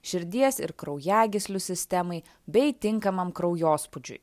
širdies ir kraujagyslių sistemai bei tinkamam kraujospūdžiui